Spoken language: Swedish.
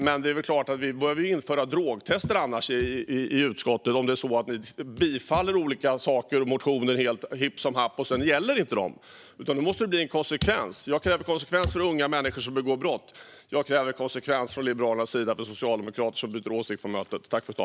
Men det är klart att vi behöver införa drogtester i utskottet om ni socialdemokrater tillstyrker motioner hipp som happ och det sedan inte gäller. Då måste det bli en konsekvens. Jag kräver konsekvens för unga människor som begår brott. Jag kräver från den liberala sidan också konsekvens för socialdemokrater som byter åsikt på mötet.